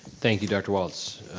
thank you dr. walts.